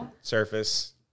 surface